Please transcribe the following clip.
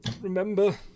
remember